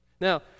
Now